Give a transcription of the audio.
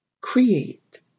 create